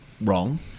wrong